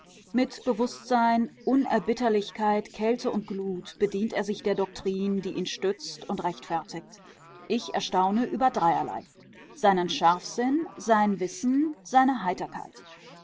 mit bewußtsein unerbittlichkeit kälte und glut bedient er sich der doktrin die ihn stützt und rechtfertigt ich erstaune über dreierlei seinen scharfsinn sein wissen seine heiterkeit